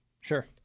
Sure